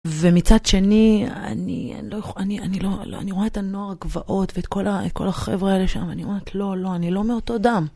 ומצד שני, אני רואה את הנוער הגבעות ואת כל החבר'ה האלה שם, אני אומרת, לא, לא, אני לא מאותו דם.